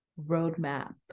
roadmap